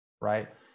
Right